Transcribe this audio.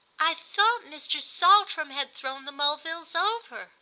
i thought mr. saltram had thrown the mulvilles over.